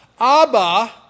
Abba